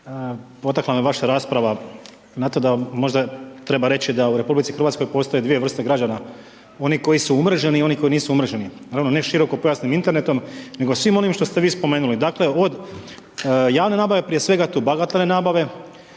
potakla me vaša rasprava, na to da možda treba reći da u RH postoje 2 vrste građana, oni koji su umreženi i oni koji nisu umreženi, naravno ne širokopojasnim internetom, nego svim onim što ste vi spomenuli, dakle, od javne nabave, prije svega tu bagatelne nabave,